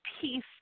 peace